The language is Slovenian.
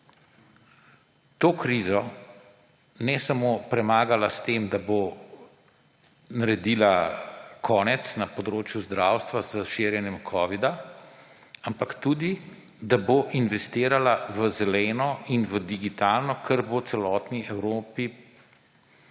to krizo ne samo premagala s tem, da bo naredila konec na področju zdravstva s širjenjem covida, ampak da bo tudi investirala v zeleno in v digitalno, kar bo celotni Evropi